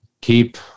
Keep